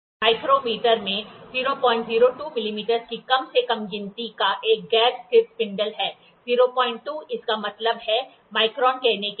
micrometer में 0002 मिमी की कम से कम गिनती का एक गैर स्थिर स्पिंडल है 02 इसका मतलब है माइक्रोन कहने के लिए